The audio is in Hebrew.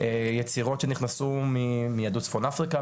יצירות שנכנסו מיהדות צפון אפריקה,